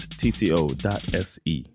tco.se